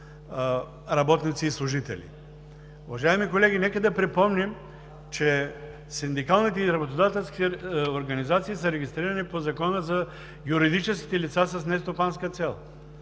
работниците и служителите. Уважаеми колеги, нека да припомним, че синдикалните и работодателските организации са регистрирани по Закона за юридическите лица с нестопанска цел.